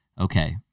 okay